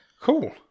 Cool